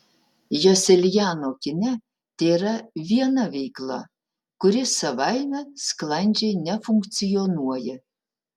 joselianio kine tėra viena veikla kuri savaime sklandžiai nefunkcionuoja